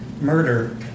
murder